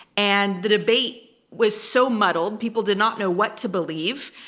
and the debate was so muddled. people did not know what to believe.